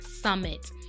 Summit